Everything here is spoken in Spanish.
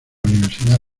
universidad